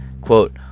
Quote